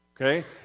okay